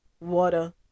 water